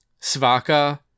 Svaka